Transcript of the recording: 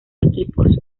equipos